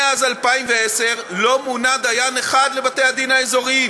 מאז 2010, לא מונה דיין אחד לבתי-הדין האזוריים,